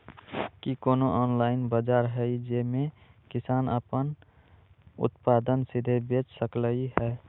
कि कोनो ऑनलाइन बाजार हइ जे में किसान अपन उत्पादन सीधे बेच सकलई ह?